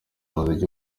umuziki